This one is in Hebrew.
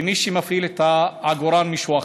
ומי שמפעיל את העגורן זה מישהו אחר.